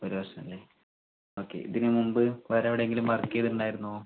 ഒരു വർഷം അല്ലേ ഓക്കെ ഇതിന് മുമ്പ് വേറെ എവിടെയെങ്കിലും വർക്ക് ചെയ്തിട്ടുണ്ടായിരുന്നോ